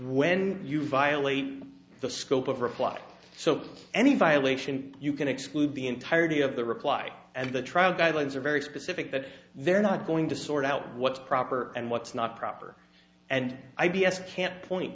when you violate the scope of reply so any violation you can exclude the entirety of the reply and the trial guidelines are very specific that they're not going to sort out what's proper and what's not proper and i b s can't point